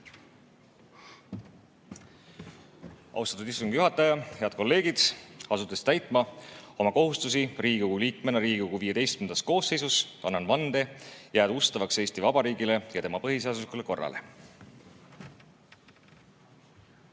Austatud istungi juhataja! Head kolleegid! Asudes täitma oma kohustusi Riigikogu liikmena Riigikogu XV koosseisus, annan vande jääda ustavaks Eesti Vabariigile ja tema põhiseaduslikule korrale.